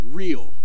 real